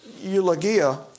eulogia